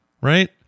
right